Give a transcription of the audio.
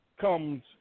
comes